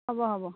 হ'ব হ'ব